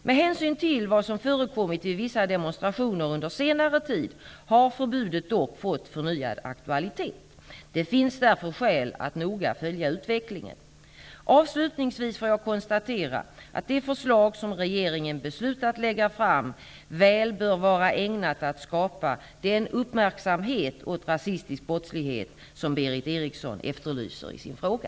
Med hänsyn till vad som förekommit vid vissa demonstrationer under senare tid har förbudet dock fått förnyad aktualitet. Det finns därför skäl att noga följa utvecklingen. Avslutningsvis får jag konstatera att det förslag som regeringen beslutat lägga fram väl bör vara ägnat att skapa den uppmärksamhet åt rasistisk brottslighet som Berith Eriksson efterlyser i sin fråga.